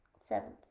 Seventh